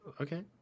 okay